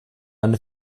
eine